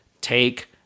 take